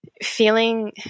feeling